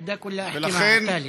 לכן,